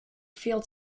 feel